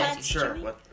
Sure